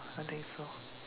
I think so